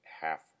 half